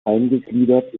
eingegliedert